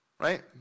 Right